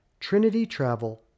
trinitytravel